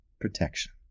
protection